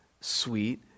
Sweet